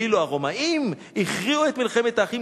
ואילו הרומאים הכריעו את מלחמת האחים,